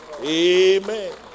Amen